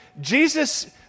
Jesus